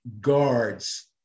guards